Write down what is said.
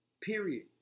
Period